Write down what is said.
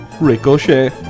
Ricochet